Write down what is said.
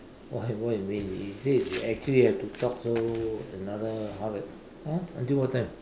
what what you mean you said you actually have to talk so another half an !huh! until what time